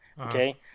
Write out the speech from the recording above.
okay